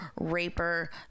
raper